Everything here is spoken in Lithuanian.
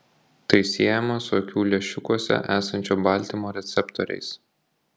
tai siejama su akių lęšiukuose esančio baltymo receptoriais